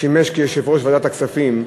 ששימש יושב-ראש ועדת הכספים,